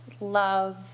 love